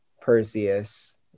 Perseus